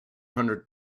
hundred